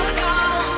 call